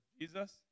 Jesus